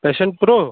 passion pro